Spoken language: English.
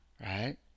Right